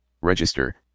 Register